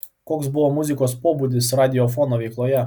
koks buvo muzikos pobūdis radiofono veikloje